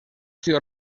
sido